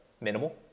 minimal